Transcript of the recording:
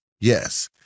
Yes